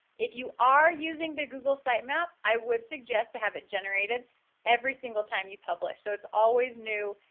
if you are using the google sitemap, i would suggest to have it generated every single time you publish. so it's always new.